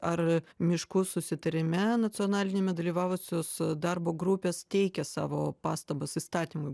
ar miškų susitarime nacionaliniame dalyvavusios darbo grupės teikia savo pastabas įstatymui